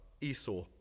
Esau